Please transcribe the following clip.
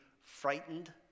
frightened